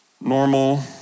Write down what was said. normal